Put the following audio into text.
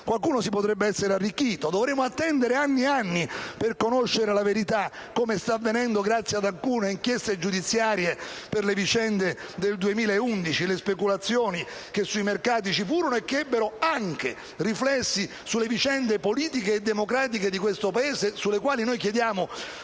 Qualcuno si potrebbe essere arricchito. Dovremo attendere anni e anni per conoscere la verità, come sta avvenendo grazie ad alcune inchieste giudiziarie per le vicende speculative sui mercati finanziari del 2011, che ebbero riflessi anche sulle vicende politiche e democratiche di questo Paese, sulle quali chiediamo